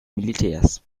militärs